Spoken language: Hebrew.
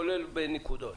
כולל בנקודות.